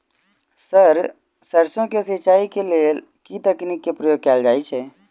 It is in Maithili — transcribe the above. सर सैरसो केँ सिचाई केँ लेल केँ तकनीक केँ प्रयोग कैल जाएँ छैय?